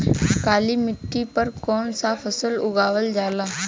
काली मिट्टी पर कौन सा फ़सल उगावल जाला?